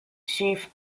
chief